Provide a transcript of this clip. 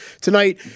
tonight